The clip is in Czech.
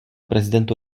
prezidentu